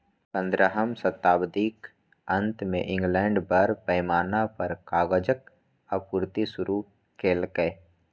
पंद्रहम शताब्दीक अंत मे इंग्लैंड बड़ पैमाना पर कागजक आपूर्ति शुरू केलकै